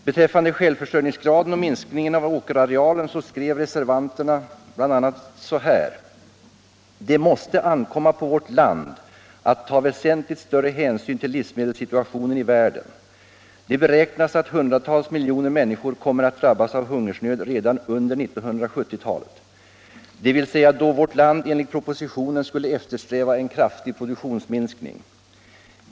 Beträffande självförsörjningsgraden och minskningen av åkerarealen skrev reservanterna bl.a. följande: ”---det måste ankomma på vårt land att ta väsentligt större hänsyn till livsmedelssituationen i världen. Det beräknas att 100-tals miljoner människor kommer att drabbas av hungersnöd redan under 1970-talet, dvs. då vårt land enligt propositionen skulle eftersträva att uppnå en kraftig produktionsminskning.